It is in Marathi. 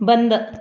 बंद